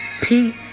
Peace